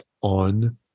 on